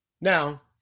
Now